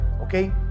Okay